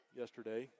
yesterday